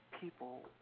people